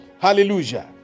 hallelujah